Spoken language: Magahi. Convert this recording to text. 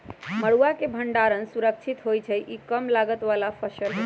मरुआ के भण्डार सुरक्षित होइ छइ इ कम लागत बला फ़सल हइ